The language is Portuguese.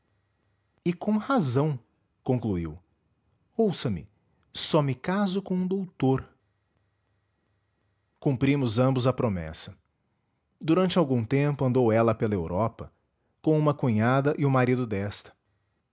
e com razão concluiu ouça-me só me caso com um doutor cumprimos ambos a promessa durante algum tempo andou ela pela europa com uma cunhada e o marido desta